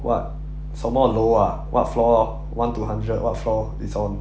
what 什么楼 ah what floor one to hundred what floor it's on